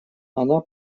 она